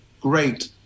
great